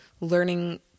learning